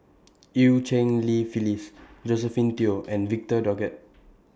EU Cheng Li Phyllis Josephine Teo and Victor Doggett